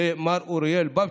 למר אוריאל בבצ'יק,